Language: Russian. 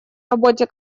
работе